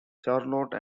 charlotte